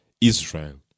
Israel